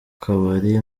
kabari